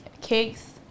Cakes